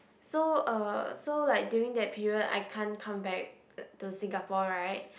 so uh so like during that period I can't come back to Singapore right